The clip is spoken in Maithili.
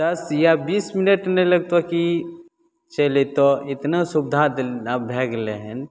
दस या बीस मिनट नहि लगतऽ कि चलि अएतऽ एतना सुविधा आब भै गेलै हँ